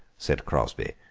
said crosby,